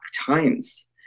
times